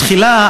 תחילה,